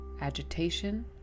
agitation